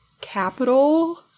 capital